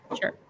Sure